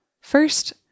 First